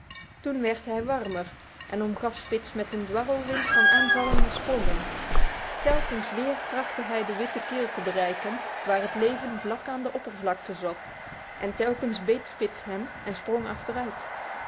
toen werd hij warmer en omgaf spitz met een dwarrelwind van aanvallende sprongen telkens weer trachtte hij de witte keel te bereiken waar het leven vlak aan de oppervlakte zat en telkens beet spitz hem en sprong